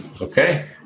Okay